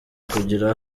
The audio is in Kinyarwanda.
kugira